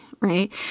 Right